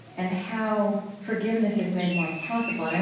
and how forgiveness is made more possible. and